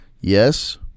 yes